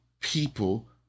people